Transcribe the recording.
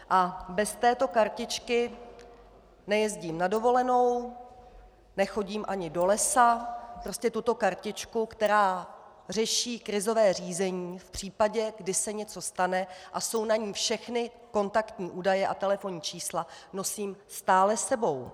A bez této kartičky nejezdím na dovolenou, nechodím ani do lesa, prostě tuto kartičku, která řeší krizové řízení v případě, kdy se něco stane, a jsou na ní všechny kontaktní údaje a telefonní čísla, nosím stále s sebou.